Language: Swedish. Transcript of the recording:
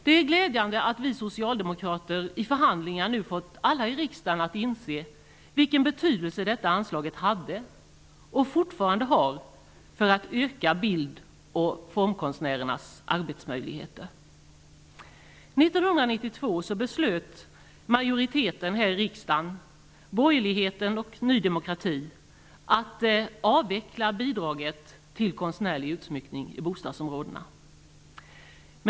Det är glädjande att vi socialdemokrater i förhandlingar har fått alla i riksdagen att inse vilken betydelse detta anslag hade och fortfarande har för att öka bild och formkonstnärernas arbetsmöjligheter. 1992 beslöt majoriteten här i riksdagen -- borgerligheten och Ny demokrati -- att avveckla bidraget till konstnärlig utsmyckning i bostadsområdena.